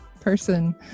person